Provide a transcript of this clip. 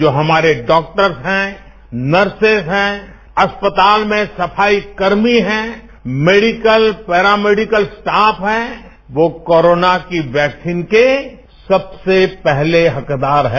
जो हमारे डाक्टर्स हैं नर्सिस हैं अस्पताल में सफाई कर्मी हैं मेडिकल पेरामैडिकल स्टॉफ हैं वो कोरोना की वैक्सीन के सबसे पहले हकदार हैं